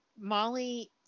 Molly